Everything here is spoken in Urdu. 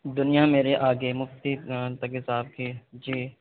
دنیا میرے آگے مفتی تقی صاحب کی جی